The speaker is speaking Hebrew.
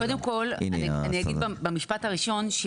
אני אגיד במשפט הראשון,